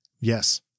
Yes